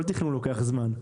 כל תכנון לוקח זמן,